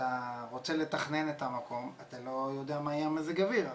אתה רוצה לתכנן את המקום ואתה לא יודע מה יהיה המזג אוויר.